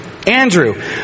Andrew